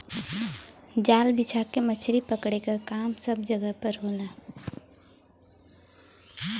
जाल बिछा के मछरी पकड़े क काम सब जगह पर होला